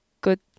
good